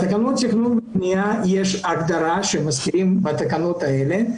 בתקנות תכנון ובנייה יש הגדרה שמזכירים בתקנות האלה,